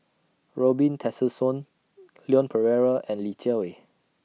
Robin Tessensohn Leon Perera and Li Jiawei